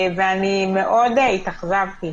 ואני מאוד התאכזבתי